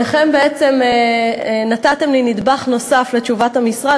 שניכם בעצם נתתם לי נדבך נוסף לתשובת המשרד,